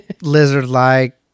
Lizard-like